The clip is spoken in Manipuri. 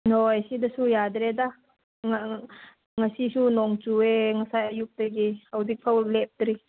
ꯍꯣꯏ ꯁꯤꯗꯁꯨ ꯌꯥꯗ꯭ꯔꯦꯗ ꯉꯁꯤꯁꯨ ꯅꯣꯡ ꯆꯨꯏꯌꯦ ꯉꯁꯥꯏ ꯑꯌꯨꯛꯇꯒꯤ ꯍꯧꯖꯤꯛ ꯐꯥꯎ ꯂꯦꯞꯇ꯭ꯔꯤ